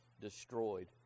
destroyed